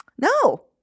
No